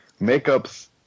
Makeup's